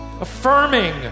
Affirming